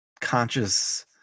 conscious